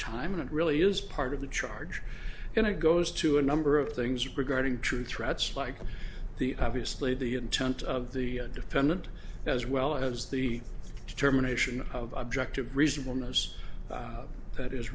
time it really is part of the charge in a goes to a number of things regarding true threats like the obviously the intent of the defendant as well as the determination of objective reasonable notice that is